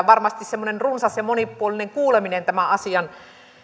varmasti semmoinen runsas ja monipuolinen kuuleminen tämän asian